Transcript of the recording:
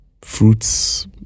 fruits